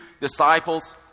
disciples